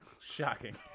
shocking